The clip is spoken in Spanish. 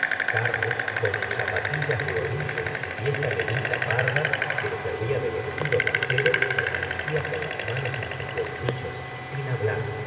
carlos con sus zapatillas de orillo y su vieja levita parda que le servia de vestido casero permanecía con las manos en sus bolsillos sin hablar